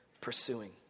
pursuing